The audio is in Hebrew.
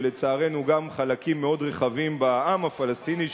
ולצערנו גם חלקים מאוד רחבים בעם הפלסטיני,